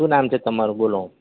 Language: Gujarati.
શું નામ છે તમારું બોલો